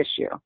issue